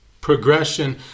progression